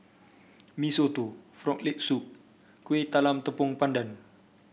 Mee Soto Frog Leg Soup Kuih Talam Tepong Pandan